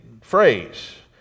phrase